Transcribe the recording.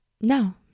No